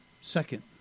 Second